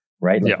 right